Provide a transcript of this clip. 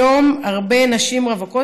היום הרבה נשים רווקות,